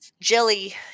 jelly